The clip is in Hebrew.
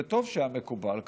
וטוב שהיה מקובל כך,